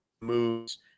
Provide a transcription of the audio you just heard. moves